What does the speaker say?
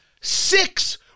Six